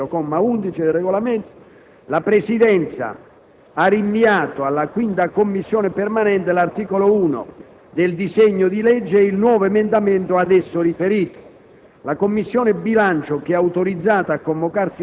Nell'interesse della discussione, ai sensi dell'articolo 100, comma 11 del Regolamento, la Presidenza ha rinviato alla 5a Commissione permanente l'articolo 1 del disegno di legge e il nuovo emendamento ad esso riferito.